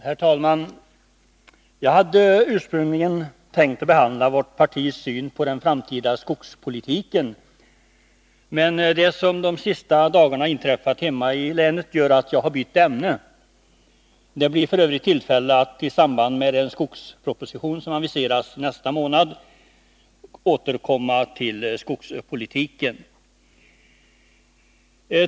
Herr talman! Jag hade ursprungligen tänkt behandla vårt partis syn på den framtida skogspolitiken, men det som under de senaste dagarna har inträffat hemma i länet har föranlett mig att byta ämne. Det blir f. ö. tillfälle att i samband med den skogsproposition som har aviserats nästa månad återkomma till skogspolitiken.